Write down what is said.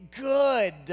good